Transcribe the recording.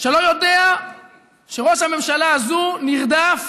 שלא יודע שראש הממשלה הזה נרדף,